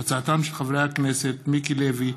של חברי הכנסת מיקי לוי,